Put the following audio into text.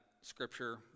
scripture